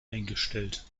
eingestellt